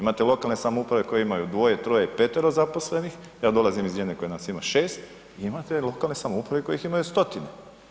Imate lokalne samouprave koje imaju dvoje, troje, petero zaposlenih, ja dolazim iz jedne koja nas ima 6, imate lokalne samouprave kojih imaju stotine.